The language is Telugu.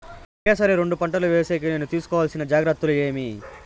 ఒకే సారి రెండు పంటలు వేసేకి నేను తీసుకోవాల్సిన జాగ్రత్తలు ఏమి?